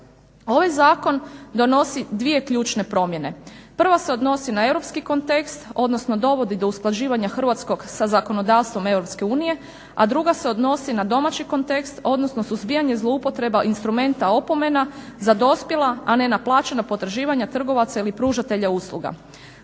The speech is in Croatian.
Ovaj zakon donosi dvije ključne promjene. Prva se odnosi na europski kontekst, odnosno dovodi do usklađivanja hrvatskog sa zakonodavstvom EU, a druga se odnosi na domaći kontekst, odnosno suzbijanje zloupotreba instrumenta opomena za dospjela, a nenaplaćena potraživanja trgovaca ili pružatelja usluga.